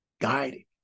guiding